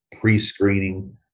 pre-screening